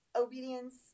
obedience